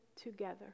together